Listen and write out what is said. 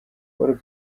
paul